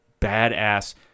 badass